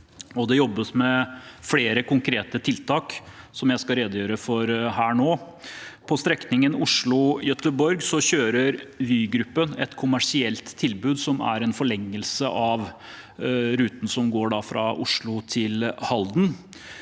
det jobbes med flere konkrete tiltak som jeg skal redegjøre for nå. På strekningen Oslo–Göteborg kjører Vygruppen et kommersielt tilbud som er en forlengelse av ruten som går fra Oslo til Halden.